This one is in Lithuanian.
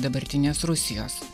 dabartinės rusijos